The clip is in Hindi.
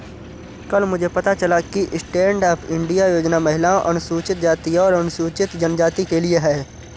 कल मुझे पता चला कि स्टैंडअप इंडिया योजना महिलाओं, अनुसूचित जाति और अनुसूचित जनजाति के लिए है